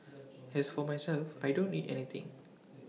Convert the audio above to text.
as for myself I don't need anything